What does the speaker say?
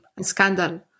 scandal